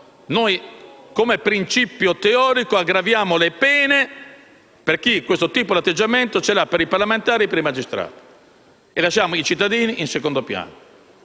noi, come principio teorico, aggraviamo le pene per chi ha questo tipo di atteggiamento nei confronti dei parlamentari e dei magistrati, lasciando così i cittadini in secondo piano.